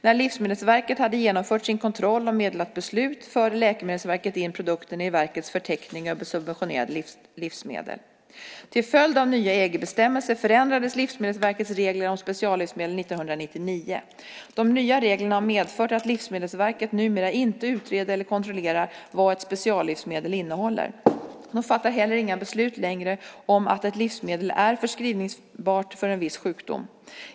När Livsmedelsverket hade genomfört sin kontroll och meddelat beslut förde Läkemedelsverket in produkten i verkets förteckning över subventionerade livsmedel. Till följd av nya EG-bestämmelser förändrades Livsmedelsverkets regler om speciallivsmedel 1999. De nya reglerna har medfört att Livsmedelsverket numera inte utreder eller kontrollerar vad ett speciallivsmedel innehåller. De fattar heller inga beslut längre om att ett livsmedel är förskrivningsbart för en viss sjukdom.